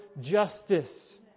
justice